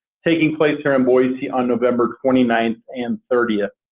taking place here in boise on november twenty ninth and thirtieth.